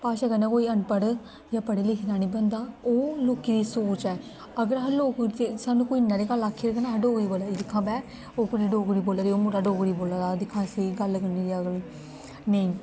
भाशा कन्नै कोई अनपढ़ जां पढ़े लिखे दा निं बनदा ओह् लोकें दी सोच ऐ अगर अस लोक सानूं कोई इ'न्नी हारी गल्ल आक्खै कि अस डोगरी बोला ने दिक्ख हां बै ओह् कुड़ी डोगरी बोला दी ओह् मुड़ा डोगरी बोला दा दिक्ख हां इस्सी गल्ल करने दी अकल नेईं